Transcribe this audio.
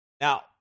Now